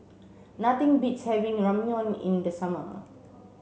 nothing beats having Ramyeon in the summer